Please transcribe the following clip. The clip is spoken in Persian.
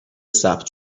ثبت